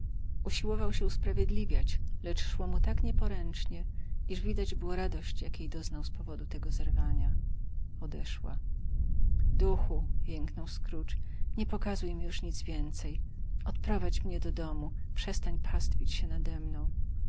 słowa usiłował się usprawiedliwiać lecz szło mu tak niezręcznie iż widać było radość jakiej doznał z powodu tego zerwania odeszła duchu jęknął scrooge nie pokazuj mi już nic więcej odprowadź mnie do domu przestań pastwić się nade mną